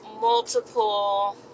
multiple